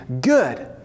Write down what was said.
good